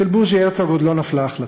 אצל בוז'י הרצוג עוד לא נפלה החלטה,